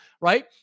right